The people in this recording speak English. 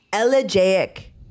elegiac